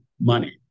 money